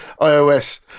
iOS